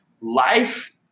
life